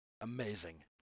Amazing